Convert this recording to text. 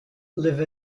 live